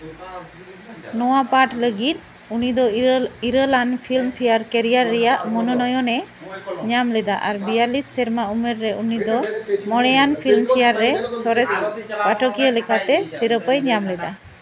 ᱱᱚᱣᱟ ᱯᱟᱴ ᱞᱟᱹᱜᱤᱫ ᱩᱱᱤ ᱫᱚ ᱤᱨᱟᱹᱞ ᱤᱨᱟᱹᱞᱟᱱ ᱯᱷᱤᱞᱢ ᱯᱷᱮᱭᱟᱨ ᱠᱮᱨᱤᱭᱟᱨ ᱨᱮᱭᱟᱜ ᱢᱚᱱᱳᱱᱚᱭᱚᱱ ᱮ ᱧᱟᱢ ᱞᱮᱫᱟ ᱟᱨ ᱵᱤᱭᱟᱞᱤᱥ ᱥᱮᱨᱢᱟ ᱩᱢᱮᱨ ᱨᱮ ᱩᱱᱤ ᱫᱚ ᱢᱚᱬᱮ ᱟᱱ ᱯᱷᱤᱞᱢ ᱯᱷᱮᱭᱟᱨ ᱨᱮ ᱥᱚᱨᱮᱥ ᱯᱟᱴᱷᱚ ᱠᱤᱭᱟᱹ ᱞᱮᱠᱟᱛᱮ ᱥᱤᱨᱯᱟᱹᱭ ᱧᱟᱢ ᱞᱮᱫᱟ